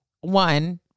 one